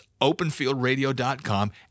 Openfieldradio.com